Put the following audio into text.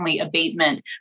Abatement